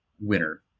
winner